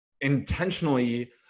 intentionally